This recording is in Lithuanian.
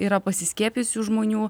yra pasiskiepijusių žmonių